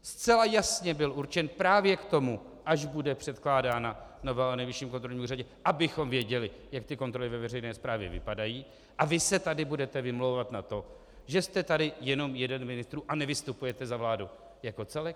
Zcela jasně byl určen právě k tomu, až bude předkládána novela o Nejvyšším kontrolním úřadu, abychom věděli, jak ty kontroly ve veřejné správě vypadají, a vy se tady budete vymlouvat na to, že jste tady jenom jeden ministr a nevystupujete za vládu jako celek?